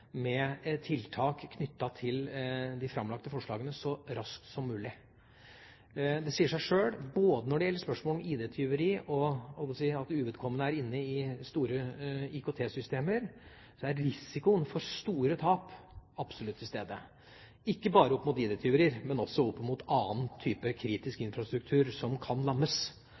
med tiltak knyttet til de framlagte forslagene så raskt som mulig. Det sier seg sjøl, både når det gjelder spørsmål om ID-tyveri og at uvedkommende tar seg inn i store IKT-systemer, at risikoen for store tap absolutt er til stede. Det gjelder ikke bare ID-tyveri, men også annen type kritisk infrastruktur som kan lammes.